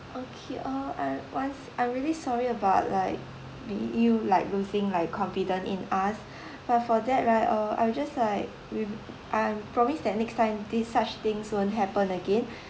okay uh I'm once I'm really sorry about like be you like losing like confidence in us but for that right uh I'll just like re~ I promise that next time these such things won't happen again